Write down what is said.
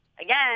again